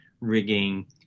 rigging